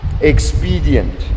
expedient